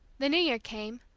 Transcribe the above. the new year came,